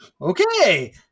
okay